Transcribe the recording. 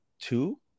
two